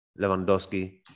Lewandowski